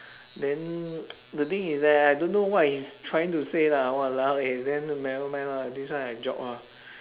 then the thing is that I don't know what he's trying to say lah !walao! eh then nevermind lor this one I drop lor